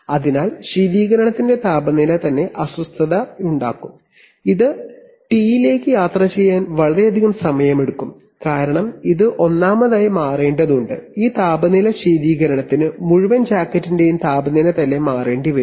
അതിനാൽ ശീതീകരണത്തിന്റെ താപനില തന്നെ അസ്വസ്ഥതയുണ്ടാക്കും ഇത് ടിലേക്ക് യാത്ര ചെയ്യാൻ വളരെയധികം സമയമെടുക്കുംr കാരണം ഇത് ഒന്നാമതായി മാറേണ്ടതുണ്ട് ഈ താപനില ശീതീകരണത്തിന് മുഴുവൻ ജാക്കറ്റിന്റെയും താപനില തന്നെ മാറ്റേണ്ടി വരും